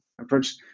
Approach